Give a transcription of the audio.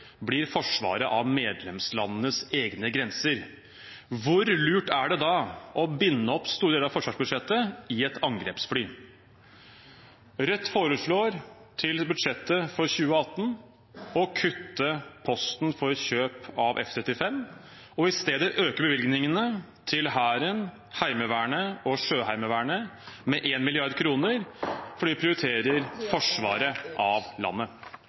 blir forsvaret av medlemslandenes egne grenser. Hvor lurt er det da å binde opp store deler av forsvarsbudsjettet i angrepsfly? Til budsjettet for 2018 foreslår Rødt å kutte posten for kjøp av F-35 og i stedet øke bevilgningene til Hæren, Heimevernet og Sjøheimevernet med 1 mrd. kr – fordi vi prioriterer forsvaret av landet.